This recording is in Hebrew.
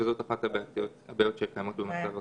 זו אחת הבעיות שקיימות במצב הקיים.